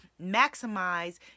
maximize